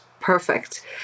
perfect